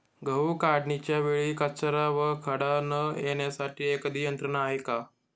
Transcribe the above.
गहू काढणीच्या वेळी कचरा व खडा न येण्यासाठी एखादी यंत्रणा आहे का?